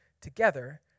together